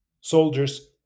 Soldiers